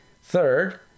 Third